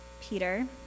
peter